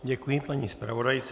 Děkuji paní zpravodajce.